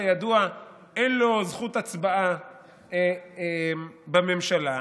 כידוע אין לו זכות הצבעה בממשלה.